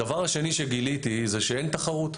הדבר השני שגיליתי זה שאין תחרות,